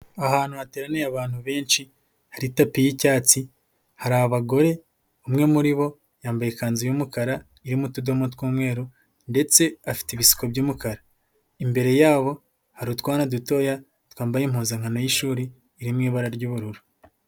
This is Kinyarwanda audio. Ahantu hateraniye abantu benshi, hari tapi y'icyatsi, hari abagore, umwe muri bo yambaye ikanzu y'umukara iririmo tudomo tw'umweru ndetse afite ibisuko by'umukara, imbere yabo hari utwana dutoya, twambaye impuzankano y'ishuri iri mu ibara ry'ubururu.